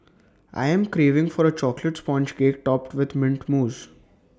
I am craving for A Chocolate Sponge Cake Topped with Mint Mousse